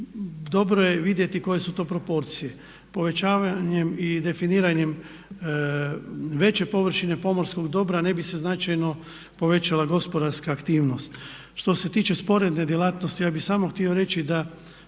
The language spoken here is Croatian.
dobro je vidjeti koje su to proporcije. Povećavanjem i definiranjem veće površine pomorskog dobra ne bi se značajno povećala gospodarska aktivnost. Što se tiče sporedne djelatnosti ja bih samo htio reći da